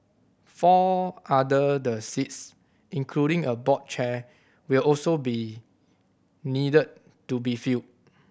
four other the seats including a board chair will also be need to be filled